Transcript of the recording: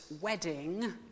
wedding